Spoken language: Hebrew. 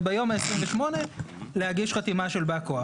וביום ה-28 להגיש חתימה של בא כוח.